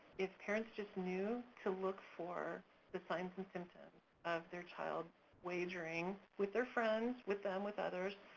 if parents just knew to look for the signs and symptoms of their child wagering with their friends, with them, with others,